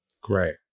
Great